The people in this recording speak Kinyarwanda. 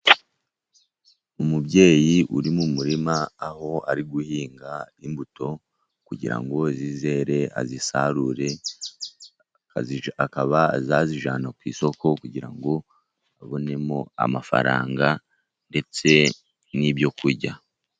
Umubyeyi uri mu murima aho ari guhinga imbuto kugira ngo zizere azisarure. Akaba azazijyana ku isoko kugira ngo abonemo amafaranga ndetse n'ibyo kurya.